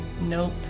Nope